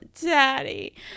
Daddy